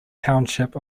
township